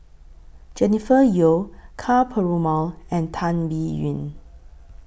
Jennifer Yeo Ka Perumal and Tan Biyun